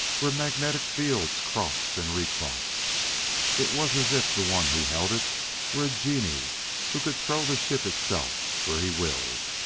where magnetic fields crossed and recrossed it was as if the one who held it were a genie who could throw the ship itself where he willed.